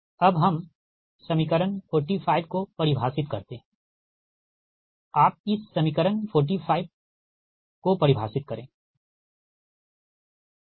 अब हम समीकरण 45 को परिभाषित करते है आप इस समीकरण 45 परिभाषित करें ठीक